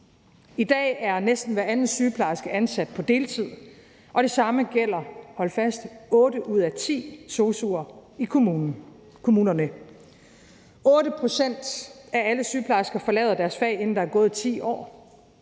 I dag er næsten hver anden sygeplejerske ansat på deltid, og det samme gælder, hold fast, otte ud af ti sosu'er i kommunerne. 8 pct. af alle sygeplejersker forlader deres fag, inden der er gået 10 år.